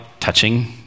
touching